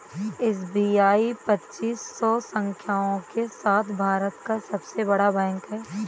SBI पच्चीस सौ शाखाओं के साथ भारत का सबसे बड़ा बैंक है